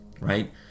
right